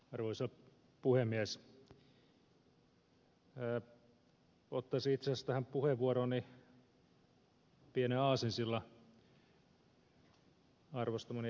ottaisin itse asiassa tähän puheenvuorooni pienen aasinsillan arvostamani ed